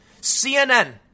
CNN